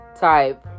type